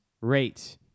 rate